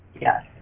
Yes